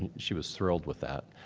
she was thrilled with that.